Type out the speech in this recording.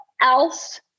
else